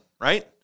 right